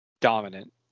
dominant